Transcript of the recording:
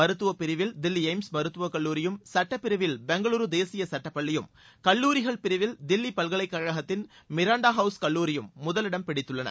மருத்துவப் பிரிவில் தில்லி எய்ம்ஸ் மருத்துவக் கல்லூரியும் சுட்டப்பிரிவில் பெங்களூரு தேசிய சட்டப் பள்ளியும் கல்லூரிகள் பிரிவில் தில்லி பல்கலைக்கழகத்தின் மிராண்டா ஹவுஸ் கல்லூரியும் முதலிடம் பிடித்துள்ளன